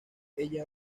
ella